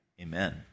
Amen